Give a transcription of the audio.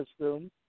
system